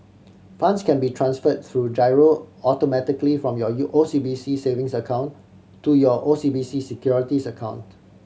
funds can be transfer through giro automatically from your U O C B C savings account to your O C B C Securities account